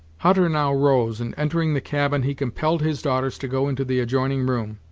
hutter now rose, and, entering the cabin, he compelled his daughters to go into the adjoining room,